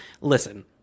listen